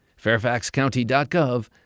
fairfaxcounty.gov